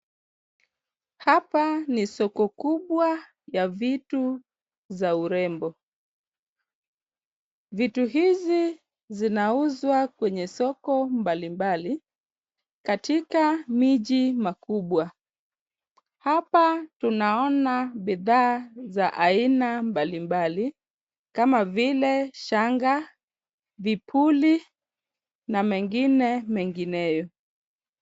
Hapa ni soko kubwa ya vitu za urembo. Vitu hizi zinauzwa kwenye soko mbali mbali, katika miji makubwa. Hapa tunaona bidhaa za aina mbali mbali kama vile shanga, vipuli na mengine mengineyo.